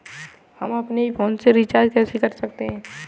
हम अपने ही फोन से रिचार्ज कैसे कर सकते हैं?